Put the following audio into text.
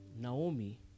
Naomi